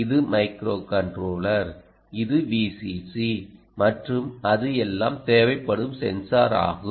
இது மைக்ரோகண்ட்ரோலர் இது VCC மற்றும் அதெல்லாம் தேவைப்படும் சென்சார் ஆகும்